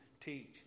teach